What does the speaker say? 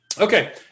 Okay